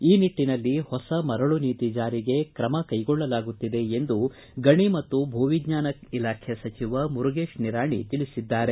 ಈ ನಿಟ್ಸಿನಲ್ಲಿ ಹೊಸ ಮರಳು ನೀತಿ ಜಾರಿಗೆ ಕ್ರಮಕ್ಕೆಗೊಳ್ಳಲಾಗುತ್ತಿದೆ ಎಂದು ಗಣಿ ಮತ್ತು ಭೂವಿಜ್ಟಾನ ಇಲಾಖೆ ಸಚವರಾದ ಮುರುಗೇಶ ನಿರಾಣಿ ತಿಳಿಸಿದ್ದಾರೆ